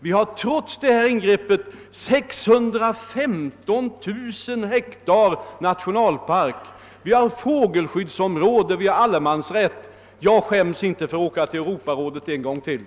Vi har trots det nu föreslagna ingreppet 615 000 hektar nationalpark, vi har fågelskyddsområden och vi har allemansrätt. Jag skäms inte för att åka till Europarådet en gång till!